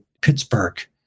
Pittsburgh